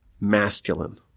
masculine